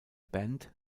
band